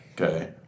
Okay